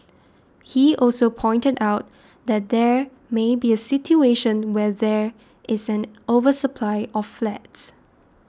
he also pointed out that there may be a situation where there is an oversupply of flats